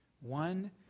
One